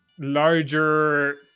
larger